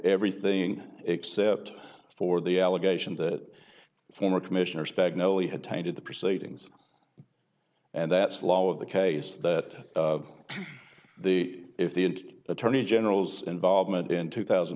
everything except for the allegation that former commissioners bagnall he had tainted the proceedings and that slow of the case that the if the in to attorney general's involvement in two thousand